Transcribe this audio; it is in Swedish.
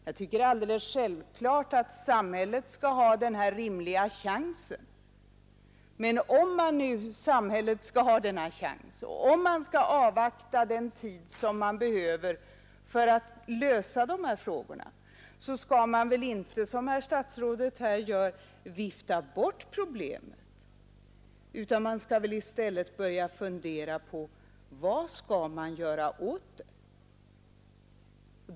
Jag tycker att det är alldeles självklart att samhället skall ha den rimliga chans som statsrådet talade om. Men om nu samhället skall ha denna chans och om man skall avvakta den tid som behövs för att lösa dessa frågor skall man väl inte, som herr statsrådet här gör, vifta bort problemet, utan man skall väl i stället börja fundera på vad man skall göra åt det.